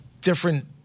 different